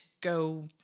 go